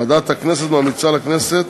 ועדת הכנסת ממליצה לכנסת